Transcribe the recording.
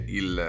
il